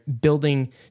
building